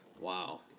Wow